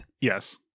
Yes